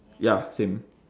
ya same